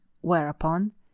whereupon